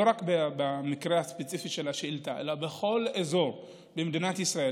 לא רק במקרה הספציפי של השאילתה אלא בכל אזור במדינת ישראל,